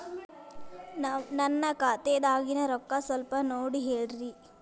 ನನ್ನ ಖಾತೆದಾಗಿನ ರೊಕ್ಕ ಸ್ವಲ್ಪ ನೋಡಿ ಹೇಳ್ರಿ